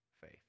faith